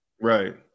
Right